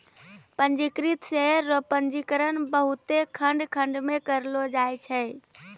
पंजीकृत शेयर रो पंजीकरण बहुते खंड खंड मे करलो जाय छै